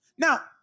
Now